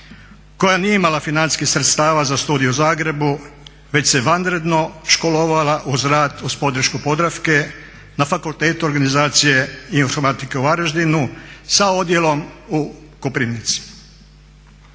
koja nije imala financijskih sredstava za studij u Zagrebu, već se vanredno školovala uz rad uz podršku Podravke na Fakultetu organizacije i informatike u Varaždinu sa odjelom u Koprivnici.